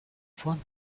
фонд